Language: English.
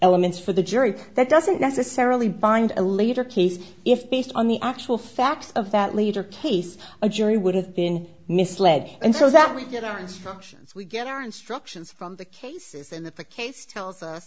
elements for the jury that doesn't necessarily bind a later case if based on the actual facts that leader case a jury would have been misled and so that we get our instructions we get our instructions from the cases and that the case tells us